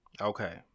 Okay